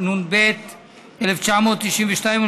התשע"ב 1992,